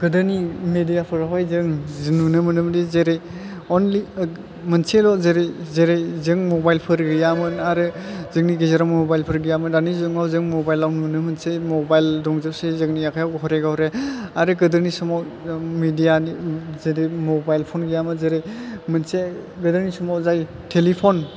गोदोनि मेदियाफोरावहाय जों नुनो मोनोमोनदि जेरै अनलि मोनसेल' जेरै जों मबाइलफोर गैयामोन जोंनि गेजोराव मबाइलफोर गैयामोन दानि जुगाव जों मबाइलयाव नुनो मोनसै मबाइल दंजोबसै जोंनि आखायाव घरे घरे आरो गोदोनि समाव मेदियानि जेरै मबाइल फन गैयामोन जेरै मोनसे गोदोनि समाव जाय टेलिफन